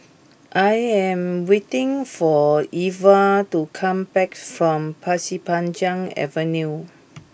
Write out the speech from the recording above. I am waiting for Elva to come back from Pasir Panjang Avenue